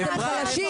כי אתם חלשים,